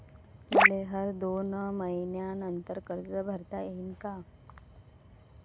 मले हर दोन मयीन्यानंतर कर्ज भरता येईन का?